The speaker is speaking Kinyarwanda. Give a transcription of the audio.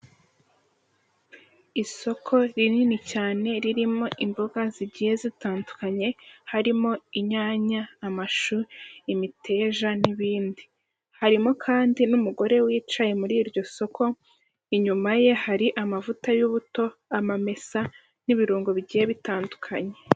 Isoko rinini cyane ririmo imboga zigiye zitandukanye harimo inyanya amashu, imiteja n'ibindi harimo kandi n'umugore wicaye muri iryo soko inyuma ye hari amavuta y'ubuto, amamesa n'ibirungo bigiye bitandukanye.